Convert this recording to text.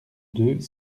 deux